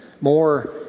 more